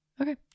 okay